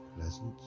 pleasant